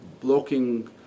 blocking